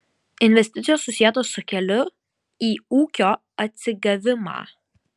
investicijos susietos su keliu į ūkio atsigavimą